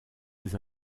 ses